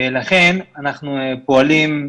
לכן אנחנו פועלים,